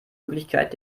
möglichkeit